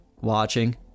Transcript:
watching